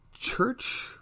church